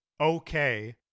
okay